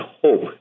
hope